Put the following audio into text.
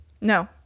No